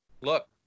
Look